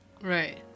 Right